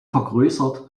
vergrößert